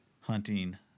hunting